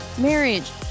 marriage